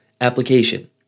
application